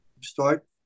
start